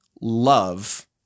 love